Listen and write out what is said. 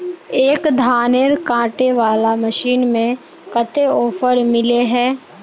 एक धानेर कांटे वाला मशीन में कते ऑफर मिले है?